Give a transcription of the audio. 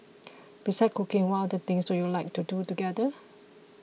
besides cooking what other things do you like to do together